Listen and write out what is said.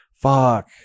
Fuck